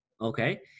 Okay